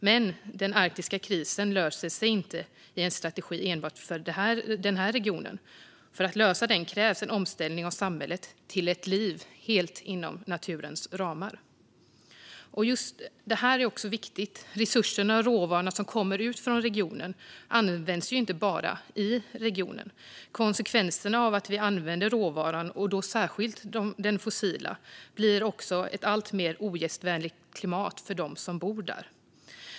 Men den arktiska krisen löser sig inte i en strategi enbart för den regionen; för att lösa den krävs en omställning av samhället till ett liv helt inom naturens ramar. Detta är också viktigt. Resurserna och råvaran som kommer från regionen används inte bara i regionen. Konsekvenserna av att vi använder råvaran, särskilt den fossila, blir också ett allt mer ogästvänligt klimat för dem som bor där.